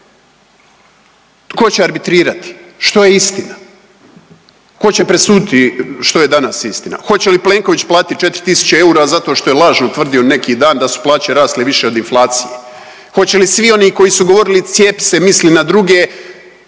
Tko će arbitrirati što je istina? Tko će presuditi što je danas istina? Hoće li Plenković platiti 4.000 eura zato što je lažno tvrdio neki dan da su plaće rasle više od inflacije? Hoće li svi oni koji su govorili cijepi se misli na druge